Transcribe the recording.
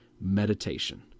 meditation